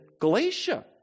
Galatia